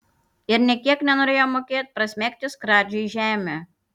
ir nė kiek nenorėjo mokėt prasmegti skradžiai žemę